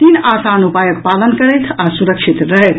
तीन आसान उपायक पालन करथि आ सुरक्षित रहथि